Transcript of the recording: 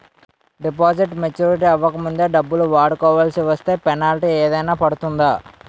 Deposit maturity అవ్వక ముందే డబ్బులు వాడుకొవాల్సి వస్తే పెనాల్టీ ఏదైనా పడుతుందా?